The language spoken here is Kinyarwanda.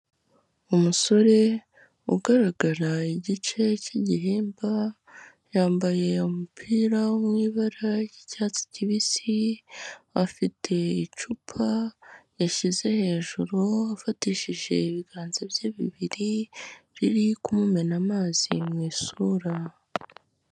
Umusore ugaragara igice cy'igihimba, yambaye umupira wo mu ibara ry'icyatsi kibisi, afite icupa yashyize hejuru, afatishije ibiganza bye bibiri, riri kumumena amazi mu isura.